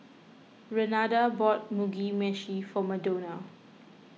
Renada bought Mugi Meshi for Madonna